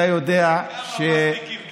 אתה יודע, בכמה מסטיקים קטנים.